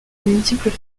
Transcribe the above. multiples